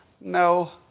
no